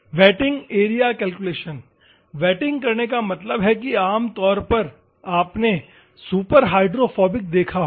waiting area calculation wetting करने का मतलब है कि आम तौर पर आपने सुपरहाइड्रोफोबिक देखा होगा